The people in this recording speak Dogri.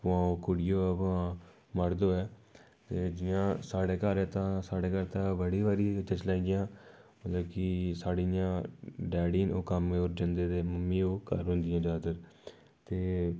पवां ओह् कुडी होऐ पवां ओह् मर्द होऐ ते जि'यां साढ़े घर ऐ ते साढ़े घर तां बड़ी बारी जिसले इ'यां मतलब कि साढ़े इ'यां डैडी ओह् कम्म जंदे ते मम्मी ओह् घर होंदी जैदातर ते